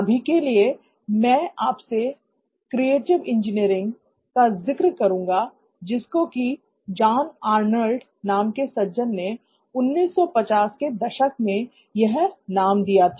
अभी के लिए मैं आपसे क्रिएटिव इंजीनियरिंग का जिक्र करूंगा जिसको की जॉन आर्नल्ड नाम के सज्जन ने 1950 के दशक में यह नाम दिया था